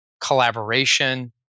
collaboration